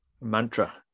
mantra